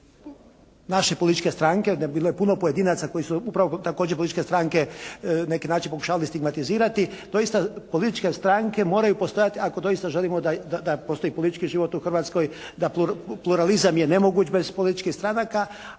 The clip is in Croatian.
naše političke stranke. Bilo je puno pojedinaca koji su upravo također političke stranke na neki način pokušavali stigmatizirati. Doista političke stranke moraju postojati ako doista želimo da postoji politički život u Hrvatskoj, da pluralizam je nemoguć bez političkih stranaka.